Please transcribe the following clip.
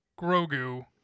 Grogu